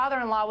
FATHER-IN-LAW